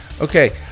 Okay